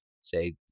say